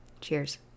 Cheers